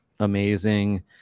amazing